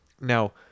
Now